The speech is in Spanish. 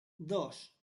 dos